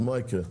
מה יקרה?